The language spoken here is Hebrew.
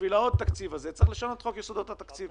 בשביל העוד תקציב הזה צריך לשנות את חוק יסודות התקציב.